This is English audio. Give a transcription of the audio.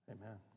Amen